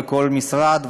וכל משרד,